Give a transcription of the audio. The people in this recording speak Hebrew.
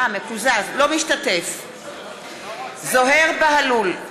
אינו משתתף בהצבעה זוהיר בהלול,